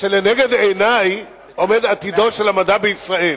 שלנגד עיני עומד עתידו של המדע בישראל,